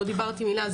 לא דיברתי מילה.